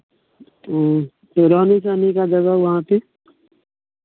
तो रोनी जाने का दर्रा वहाँ पर